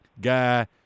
guy